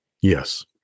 Yes